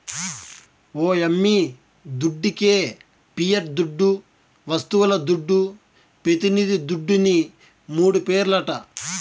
ఓ యమ్మీ దుడ్డికే పియట్ దుడ్డు, వస్తువుల దుడ్డు, పెతినిది దుడ్డుని మూడు పేర్లట